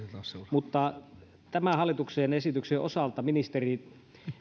mutta tämän hallituksen esityksen osalta ministeri